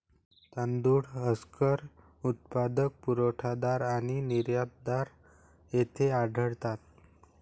तांदूळ हस्कर उत्पादक, पुरवठादार आणि निर्यातदार येथे आढळतात